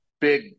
big